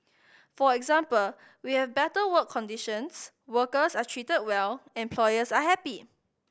for example we have better work conditions workers are treated well employers are happy